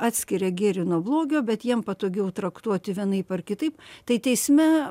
atskiria gėrį nuo blogio bet jiem patogiau traktuoti vienaip ar kitaip tai teisme